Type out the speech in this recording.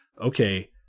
okay